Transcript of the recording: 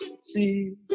see